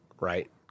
right